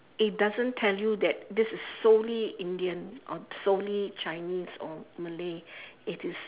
it doesn't tell you that this is solely Indian or solely Chinese or Malay it is